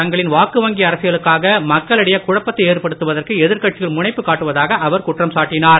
தங்களின் வாக்குவங்கி அரசியலுக்காக மக்களிடையே குழப்பதை ஏற்படுத்துவதற்கு எதிர்கட்சிகள் முனைப்பு காட்டுவதாக அவர் குற்றம் சாட்டினார்